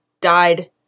died